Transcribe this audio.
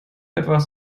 etwas